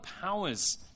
powers